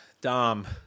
Dom